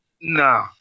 No